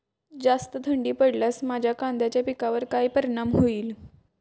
जास्त थंडी पडल्यास माझ्या कांद्याच्या पिकावर काय परिणाम होईल?